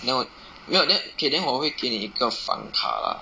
then 我没有 then okay then 我会给你一个房卡 lah